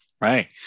Right